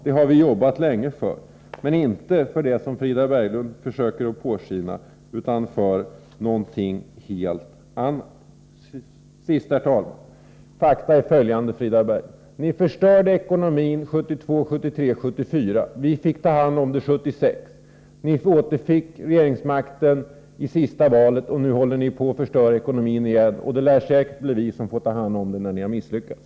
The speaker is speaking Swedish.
Det har vi jobbat länge för, men inte för det som Frida Berglund vill låta påskina, utan alltså för något helt annat. Till sist, herr talman, vill jag säga att fakta är följande: Ni förstörde ekonomin 1972, 1973 och 1974. Vi fick ta hand om den 1976. Ni återfick regeringsmakten vid senaste valet. Nu håller ni på att förstöra ekonomin igen, och det lär säkerligen bli vi som får ta hand om saken när ni misslyckats.